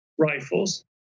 rifles